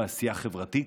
בעשייה החברתית,